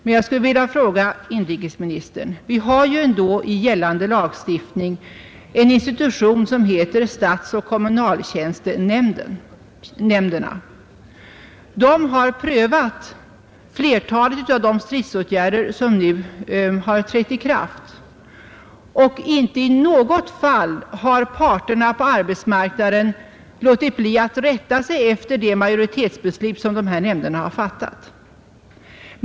Men, herr inrikesminister, vi har ju ändå i gällande lagstiftning en institution som heter statsoch kommunaltjänstenämnderna. De har prövat flertalet av de stridsåtgärder som nu trätt i kraft, och arbetsmarknadens parter har inte i något fall underlåtit att rätta sig efter de majoritetsbeslut som dessa nämnder har fattat.